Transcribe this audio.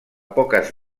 poques